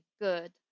good